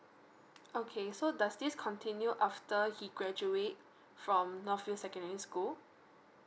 okay so does this continue after he graduate from north view secondary school